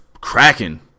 cracking